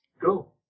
go